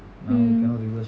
mm